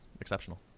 exceptional